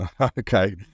Okay